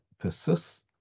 persists